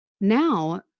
now